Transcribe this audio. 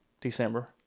December